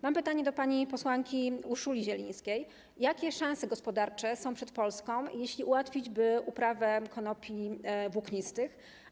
Mam pytanie do pani posłanki Urszuli Zielińskiej: Jakie szanse gospodarcze będą przed Polską, jeśli ułatwimy uprawę konopi włóknistych?